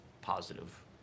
Positive